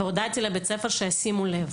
והודעתי לבית ספר שישימו לב.